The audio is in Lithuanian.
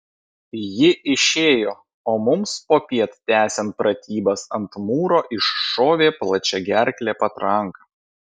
ji išėjo o mums popiet tęsiant pratybas ant mūro iššovė plačiagerklė patranka